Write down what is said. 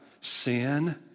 Sin